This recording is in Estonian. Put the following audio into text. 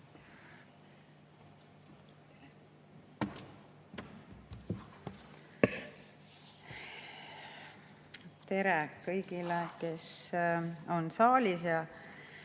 Tere kõigile, kes on saalis!